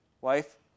Wife